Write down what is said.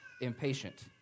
impatient